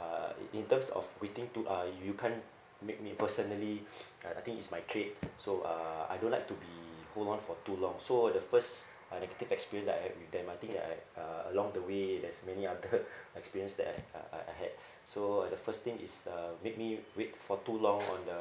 uh in in terms of waiting to uh you you can't make me personally uh I think it's my trait so uh I don't like to be hold on for too long so the first uh negative experience that I had with them I think that I uh along the way there's many other experience that I uh I I had so the first thing is uh make me wait for too long on the